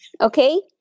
Okay